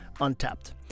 Untapped